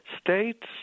States